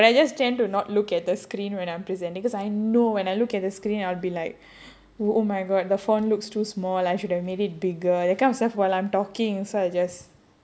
but I just tend to not look at the screen when I'm presenting because I know when I look at the screen I'll be like wo~ oh my god the font looks too small I should have made it bigger that kind of stuff while I'm talking so I just